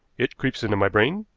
it creeps into my brain.